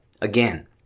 again